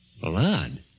Blood